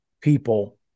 people